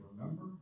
remember